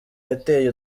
yateye